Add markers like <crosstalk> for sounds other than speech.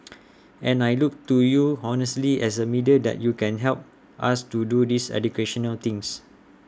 <noise> and I look to you honestly as A media that you can help us do this educational things